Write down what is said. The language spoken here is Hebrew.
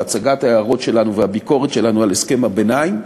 הצגת ההערות שלנו והביקורת שלנו על הסכם הביניים